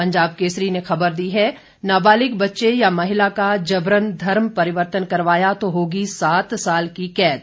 पंजाब केसरी ने खबर दी है नाबालिग बच्चे या महिला का जबरन धर्म परिवर्तन करवाया तो हागी सात साल की कैद